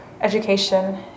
education